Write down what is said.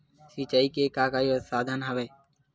सिंचाई के का का साधन हवय?